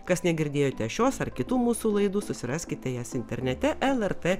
kas negirdėjote šios ar kitų mūsų laidų susiraskite jas internete lrt